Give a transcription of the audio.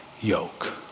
yoke